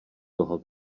toho